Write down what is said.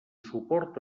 suport